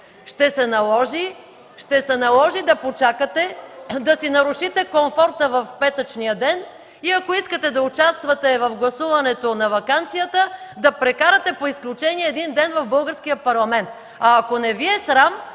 Ще се наложи да почакате, да си нарушите комфорта в петъчния ден и ако искате да участвате в гласуването на ваканцията, да прекарате по изключение един ден в Българския парламент. А ако не Ви е срам,